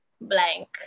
blank